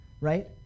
right